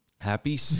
Happy